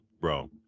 bro